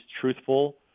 truthful